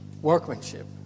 Workmanship